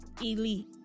elite